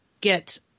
get